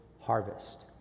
harvest